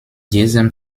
diesem